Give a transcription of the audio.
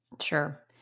Sure